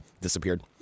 disappeared